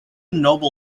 nobel